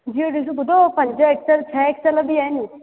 जी जी ॿुधो पंज एक्सेल छह एक्सेल बि आहिनि